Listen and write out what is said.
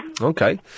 Okay